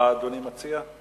מה אדוני מציע,